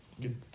good